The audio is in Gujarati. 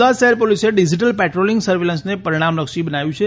અમદાવાદ શહેર પોલીસે ડીજીટલ પેટ્રોલિંગ સર્વેલન્સને પરિણામલક્ષી બનાવ્યું છે